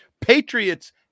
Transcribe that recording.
Patriots